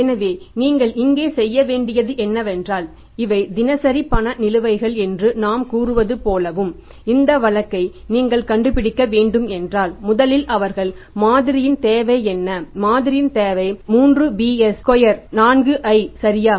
எனவே நீங்கள் இங்கே செய்ய வேண்டியது என்னவென்றால் இவை தினசரி பண நிலுவைகள் என்று நாம் கூறுவது போலவும் இந்த வழக்கை நீங்கள் கண்டுபிடிக்க வேண்டும் என்றால் முதலில் அவர்கள் மாதிரியின் தேவை என்ன மாதிரியின் தேவை 3bs ஸ்கொயர் 4i சரியா